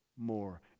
more